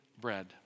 bread